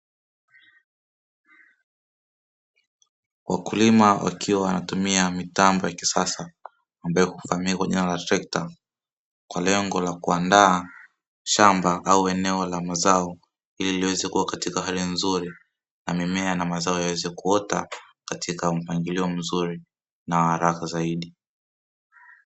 Wakulima wakiwa wanatumia mitambo ya kisasa ambayo hufahamika kwa jina la trekta kwa lengo la kuandaa shamba au eneo la mazao ili liweze kuwa katika hali nzuri na mimea na mazao yaweze kuota katika mpangilio mzuri na wa haraka zaidi.